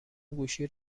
گوشی